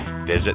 Visit